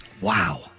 Wow